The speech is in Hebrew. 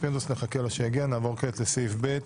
נחכה לחבר הכנסת פינדרוס שיגיע ונעבור כעת לסעיף ב':